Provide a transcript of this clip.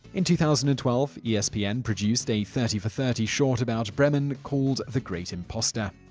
in two thousand and twelve, yeah espn produced a thirty for thirty short about breman called the great imposter.